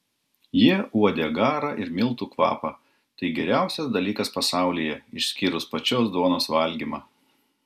jie uodė garą ir miltų kvapą tai geriausias dalykas pasaulyje išskyrus pačios duonos valgymą